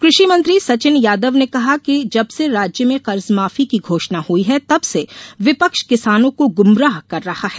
कृषि मंत्री सचिन यादव ने कहा कि जबसे राज्य में कर्जमाफी की घोषणा हुयी है तब से विपक्ष किसानों को गुमराह कर रहा है